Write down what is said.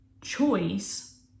choice